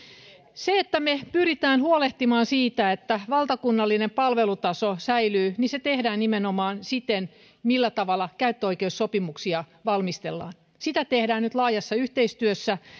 se että me pyrimme huolehtimaan siitä että valtakunnallinen palvelutaso säilyy tehdään nimenomaan siten millä tavalla käyttöoikeussopimuksia valmistellaan sitä tehdään nyt laajassa yhteistyössä